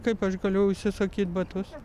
kaip aš galiu užsisakyt batus